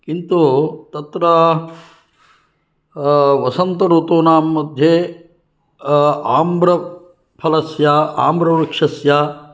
किन्तु तत्र वसन्त ऋतूनां मध्ये आम्रफलस्य आम्रवृक्षस्य